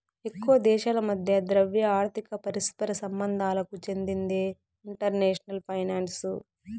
ఎక్కువ దేశాల మధ్య ద్రవ్య, ఆర్థిక పరస్పర సంబంధాలకు చెందిందే ఇంటర్నేషనల్ ఫైనాన్సు